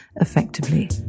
effectively